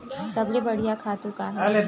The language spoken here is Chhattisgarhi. सबले बढ़िया खातु का हे?